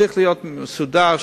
זה צריך להיות דבר מסודר,